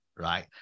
Right